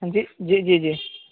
جی جی جی جی